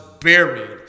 buried